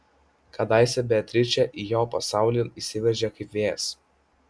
kadaise beatričė į jo pasaulį įsiveržė kaip vėjas